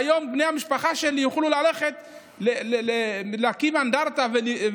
היום בני המשפחה שלי יוכלו ללכת להקים אנדרטה על אדמת סודאן